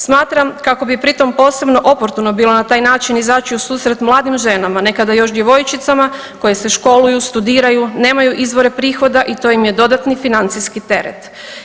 Smatram kako bi pritom posebno oportuno bilo na taj način izaći u susret mladim ženama, nekada još djevojčicama, koje se školuju, studiraju, nemaju izvore prihoda i to im je dodatni financijski teret.